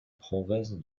province